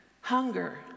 hunger